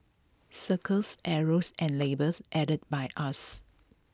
circles arrows and labels added by us